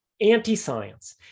Anti-science